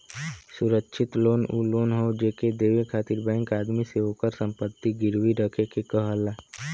सुरक्षित लोन उ लोन हौ जेके देवे खातिर बैंक आदमी से ओकर संपत्ति गिरवी रखे के कहला